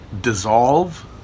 dissolve